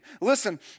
Listen